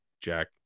Jack